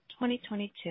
2022